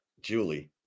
Julie